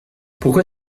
pourquoi